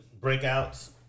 breakouts